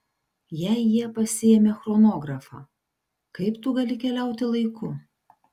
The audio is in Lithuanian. jei jie pasiėmė chronografą kaip tu gali keliauti laiku